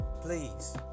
please